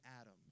Adam